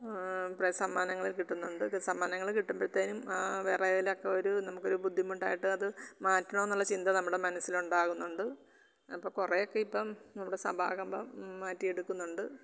പ്ര സമ്മാനങ്ങള് കിട്ടുന്നുണ്ട് സമ്മാനങ്ങള് കിട്ടുമ്പഴത്തേനും ആ വിറയൽ ഒക്കെ ഒരു നമുക്കൊരു ബുദ്ധിമുട്ടായിട്ട് അത് മാറ്റണമെന്നുള്ള ചിന്ത നമ്മുടെ മനസ്സിൽ ഉണ്ടാകുന്നുണ്ട് അപ്പോൾ കുറെ ഒക്കെ ഇപ്പം നമ്മുടെ സഭാകമ്പം മാറ്റി എടുക്കുന്നുണ്ട്